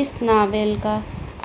اس novel کا